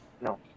no